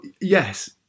yes